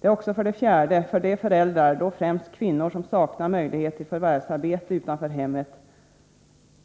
Det är för det fjärde för de föräldrar, då främst kvinnor, som saknar möjlighet till förvärvsarbete utanför hemmet